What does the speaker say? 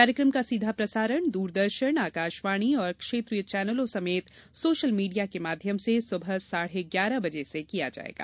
कार्यक्रम का सीधा प्रसारण दूरदर्शन आकाशवाणी और क्षेत्रीय चैनलों समेत सोशल मीडिया के माध्यम से सुबह साढ़े ग्यारह बजे से किया जायेगा